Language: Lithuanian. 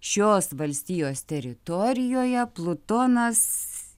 šios valstijos teritorijoje plutonas